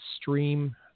stream